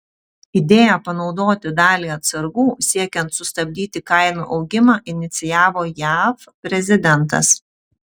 idėją panaudoti dalį atsargų siekiant sustabdyti kainų augimą inicijavo jav prezidentas